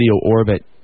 Orbit